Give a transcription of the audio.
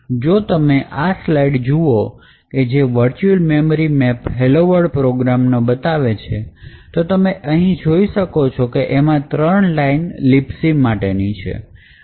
તો જો તમે આ સ્લાઈડ જુઓ કે જે virtual memory map hello world પ્રોગ્રામનો બતાવે છે તો અહીં તમે જોઈ શકશો કે એમાં ત્રણ લાઈન libc માટેની છે